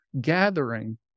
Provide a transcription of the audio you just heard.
gathering